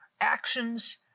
actions